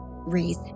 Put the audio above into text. raise